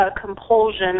compulsion